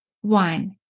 One